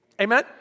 Amen